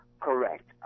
Correct